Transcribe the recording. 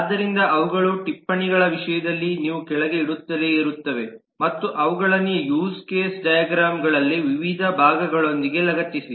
ಆದ್ದರಿಂದ ಅವುಗಳು ಟಿಪ್ಪಣಿಗಳ ವಿಷಯದಲ್ಲಿ ನೀವು ಕೆಳಗೆ ಇಡುತ್ತಲೇ ಇರುತ್ತವೆ ಮತ್ತು ಅವುಗಳನ್ನು ಯೂಸ್ ಕೇಸ್ ಡೈಗ್ರಾಮ್ಗಳಲ್ಲಿ ವಿವಿಧ ಭಾಗಗಳೊಂದಿಗೆ ಲಗತ್ತಿಸಿ